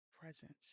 presence